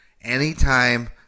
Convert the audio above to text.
anytime